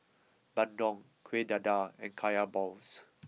Bandung Kueh Dadar and Kaya Balls